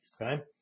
okay